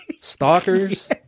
Stalkers